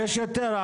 יש יותר.